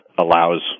allows